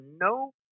no